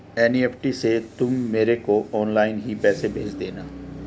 NEFT से तुम मेरे को ऑनलाइन ही पैसे भेज देना